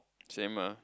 same ah